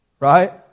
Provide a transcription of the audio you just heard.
Right